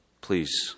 please